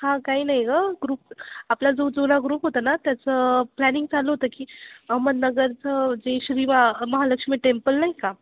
हां काही नाही गं ग्रुप आपला जो जुना ग्रुप होतां ना त्याचं प्लॅनिंग चालू होतं की अहमदनगरचं जे श्रीरा महालक्ष्मी टेम्पल नाही का